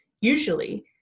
Usually